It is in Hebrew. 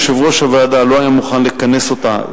יושב-ראש הוועדה לא היה מוכן לכנס אותה,